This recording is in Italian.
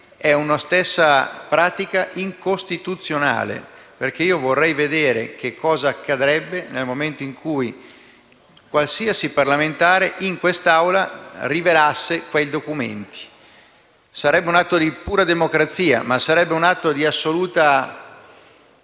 è una pratica incostituzionale, perché vorrei vedere che cosa accadrebbe nel momento in cui qualsiasi parlamentare, in quest'Aula, rivelasse quei documenti. Sarebbe un atto di pura democrazia, così come sarebbe un atto di pura